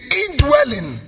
indwelling